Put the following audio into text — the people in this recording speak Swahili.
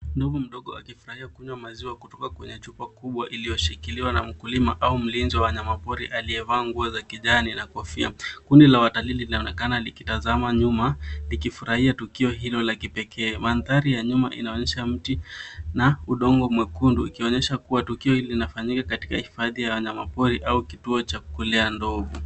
Ndovu mdogo akifurahia kunywa maziwa kutoka kwenye chupa kubwa iliyoshikiliwa na mkulima au mlinzi wa wanyamapori aliyevaa nguo za kijani na kofia. Kundi la watalii linaonekana likitazama nyuma likifurahia tukio hilo la kipekee. Mandhari ya nyuma inaonyesha mti na udongo mwekundu, ikionyesha kuwa tukio hili linafanyika katika hifadhi ya wanyamapori au kituo cha kulea ndovu.